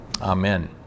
Amen